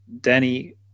Danny